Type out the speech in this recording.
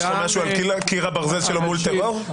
יש לך משהו על קיר הברזל שלו מול טרור?